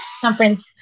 Conference